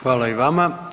Hvala i vama.